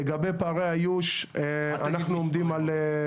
לגבי פערי האיוש, יש